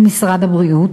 עם משרד הבריאות.